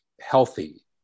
healthy